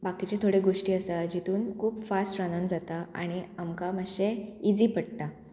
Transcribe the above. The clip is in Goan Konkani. बाकीचे थोड्यो गोश्टी आसा जितून खूब फास्ट रांदून जाता आणी आमकां मातशें इजी पडटा